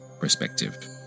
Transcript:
perspective